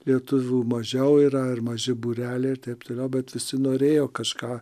lietuvių mažiau yra ar maži būreliai ir taip toliau bet visi norėjo kažką